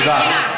תודה.